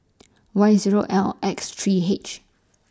Y Zero L X three H